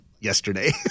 yesterday